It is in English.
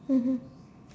mmhmm